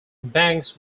banks